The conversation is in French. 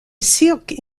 cirque